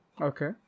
Okay